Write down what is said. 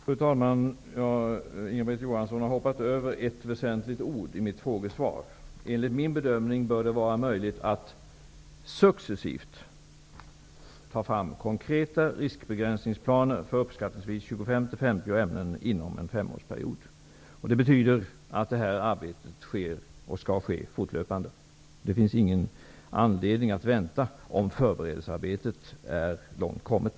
Fru talman! Inga-Britt Johansson har hoppat över ett väsentligt ord i mitt frågesvar. Enligt min bedömning bör det vara möjligt att successivt ta fram konkreta riskbegränsningsplaner för uppskattningsvis 25--50 ämnen inom en femårsperiod. Det betyder att arbetet sker och skall ske fortlöpande. Det finns ingen anledning att vänta om förberedelsearbetet är långt kommet.